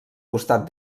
costat